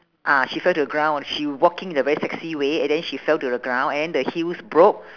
ah she fell to the ground she walking in a very sexy way and then she fell to the ground and then the heels broke